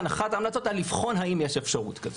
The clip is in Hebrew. אחת ההמלצות היא לבחון האם יש אפשרות שכזו.